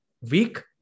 week